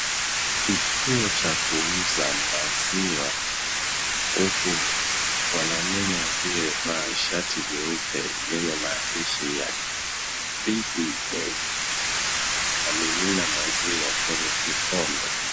Kituo cha kuuza maziwa huku mwanaume aliyevaa shati jeupe yenye mandishi ya cba anamimina maziwa kwenye kikombe.